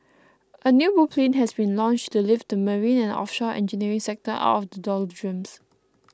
a new blueprint has been launched to lift the marine and offshore engineering sector out of the doldrums